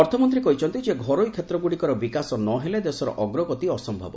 ଅର୍ଥମନ୍ତ୍ରୀ କହିଛନ୍ତି ଘରୋଇ କ୍ଷେତ୍ରଗ୍ରଡ଼ିକର ବିକାଶ ନ ହେଲେ ଦେଶର ଅଗ୍ରଗତି ଅସମ୍ଭବ